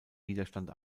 widerstand